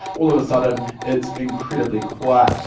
all of a sudden it's incredibly quiet.